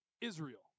Israel